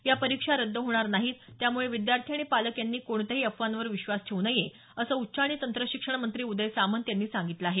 या परीक्षा रद्द होणार नाहीत त्यामुळे विद्यार्थी आणि पालक यांनी कोणत्याही अफवांवर विश्वास ठेवू नये असं उच्च आणि तंत्रशिक्षण मंत्री उदय सामंत यांनी सांगितलं आहे